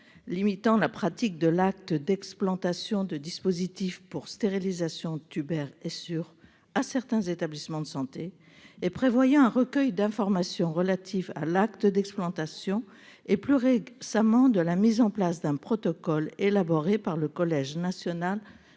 limitant la pratique de l'acte d'explantation de dispositifs pour stérilisation tubaire Essure à certains établissements de santé et prévoyant un recueil d'informations relatif à l'acte d'explantation et après la mise en place plus récente d'un protocole d'explantation élaboré par le Collège national